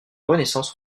renaissance